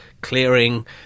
clearing